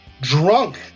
drunk